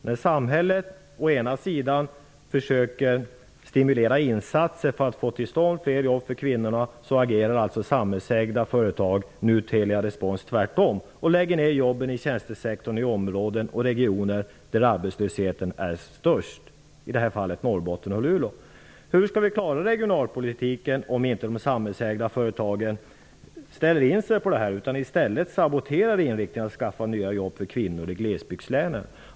När samhället försöker stimulera insatser för att få till stånd fler jobb för kvinnorna agerar alltså samhällsägda företag -- nu Telerespons -- tvärtom och lägger ned jobben i tjänstesektorn i de regioner och områden där arbetslösheten är störst, i det här fallet i Norrbotten och Luleå. Hur skall vi klara regionalpolitiken om inte de samhällsägda företagen ställer in sig på det utan i stället saboterar inriktningen att skapa nya jobb för kvinnor i glesbygdslänen?